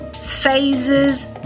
phases